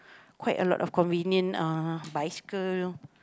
quite a lot of convenient uh bicycle